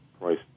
price